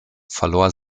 verlor